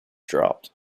dropped